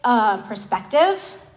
Perspective